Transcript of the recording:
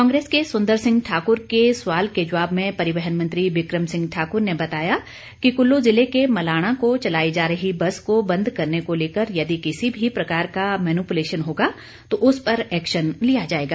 कांग्रेस के सुंदर सिंह ठाकुर के सवाल के जवाब में परिवहन मंत्री बिक्रम सिंह ठाकुर ने बताया कि कुल्लू जिले के मलाणा को चलाई जा रही बस को बंद करने को लेकर यदि किसी भी प्रकार का मेनुपुलेशन होगा तो उस पर एक्शन लिया जाएगा